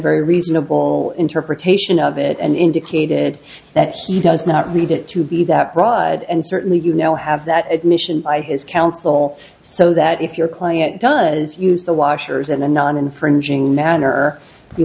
very reasonable interpretation of it and indicated that he does not need it to be that broad and certainly you know have that admission by his counsel so that if your client does use the washers in a non infringing manner you